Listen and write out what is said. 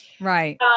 Right